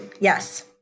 Yes